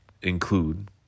include